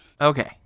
Okay